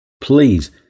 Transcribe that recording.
Please